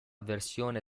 versione